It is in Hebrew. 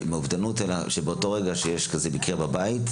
האובדנות אלא שבאותו רגע שיש מקרה כזה בבית,